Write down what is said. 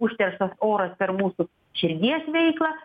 užterštas oras per mūsų širdies veiklą